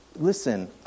Listen